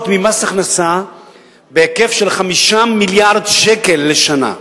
ממס הכנסה בהיקף של 5 מיליארד שקל לשנה.